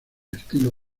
estilo